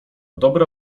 dobra